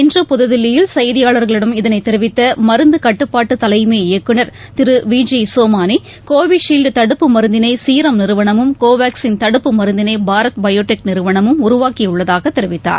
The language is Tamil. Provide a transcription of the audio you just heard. இன்று புதுதில்லியில் செய்தியாளர்களிடம் இதனைத் தெரிவித்த மருந்து கட்டுப்பாட்டு தலைமை இயக்குநர் திரு வி ஜி சோமானி கோவிஷீல்டு தடுப்பு மருந்தினை ஷீரம் நிறுவனமும் கோவாக்சின் தடுப்பு மருந்தினை பாரத் பயோடெக் நிறுவனமும் உருவாக்கியுள்ளதாக தெரிவித்தார்